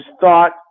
thought